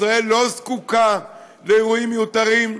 ישראל לא זקוקה לאירועים מיותרים,